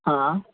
हां